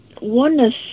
oneness